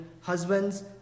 husbands